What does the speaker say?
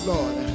Lord